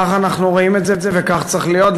כך אנחנו רואים את זה, וכך צריך להיות.